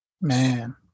Man